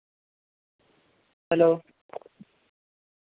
hello